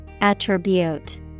Attribute